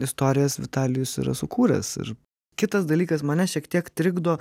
istorijas vitalijus yra sukūręs ir kitas dalykas mane šiek tiek trikdo